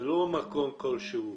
זה לא מקום כלשהו.